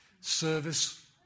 Service